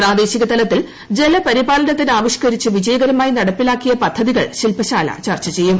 പ്രാദേശികതലത്തിൽജലപരിപാലനത്തിന് ആവിഷ്കരിച്ച്വിജയകരമായി നടപ്പാക്കിയ പദ്ധതികൾ ശില്പശാല ചർച്ച ചെയ്യും